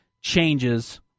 changes